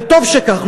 וטוב שכך.